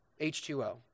H2O